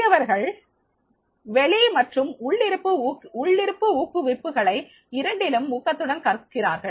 பெரியவர்கள் வெளி மற்றும் உள்ளிருப்பு ஊக்குவிப்புகள் இரண்டிலும் ஊக்கத்துடன் கற்கிறார்கள்